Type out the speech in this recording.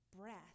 Breath